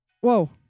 Whoa